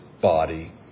body